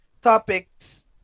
topics